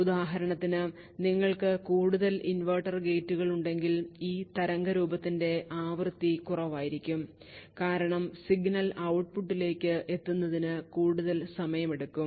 ഉദാഹരണത്തിന് നിങ്ങൾക്ക് കൂടുതൽ ഇൻവെർട്ടർ ഗേറ്റുകളുണ്ടെങ്കിൽ ഈ തരംഗരൂപത്തിന്റെ ആവൃത്തി കുറവായിരിക്കും കാരണം സിഗ്നൽ ഔട്ട്പുട്ടിലേക്ക് എത്തുന്നതിനു കൂടുതൽ സമയമെടുക്കും